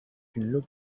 une